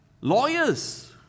lawyers